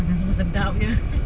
macam semua sedap jer